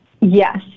yes